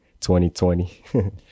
2020